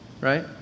Right